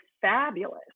fabulous